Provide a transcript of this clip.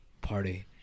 Party